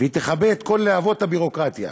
והיא תכבה את כל להבות הביורוקרטיה.